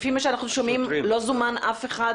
לפי מה שאנחנו שומעים לא זומן אף אחד